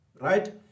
right